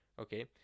Okay